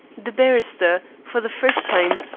the barrister, for the first time,